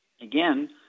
again